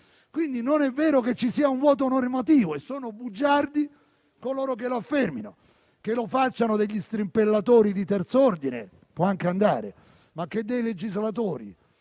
Quindi, non è vero che ci sia un vuoto normativo. Sono bugiardi coloro che lo affermano. Che lo facciano degli strimpellatori di terzo ordine può anche andare, ma che dei legislatori